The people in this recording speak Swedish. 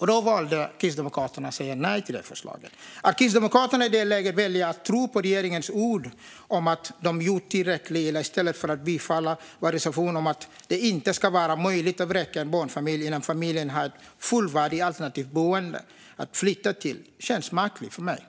ett förslag om. Kristdemokraterna valde att säga nej till det förslaget. Att Kristdemokraterna i det läget väljer att tro på regeringens ord om att man gjort tillräckligt i stället för att bifalla vår reservation om att det inte ska vara möjligt att vräka en barnfamilj innan familjen har ett fullvärdigt alternativt boende att flytta till känns märkligt för mig.